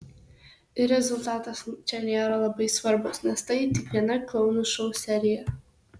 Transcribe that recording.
ir rezultatas čia nėra labai svarbus nes tai tik viena klounų šou serija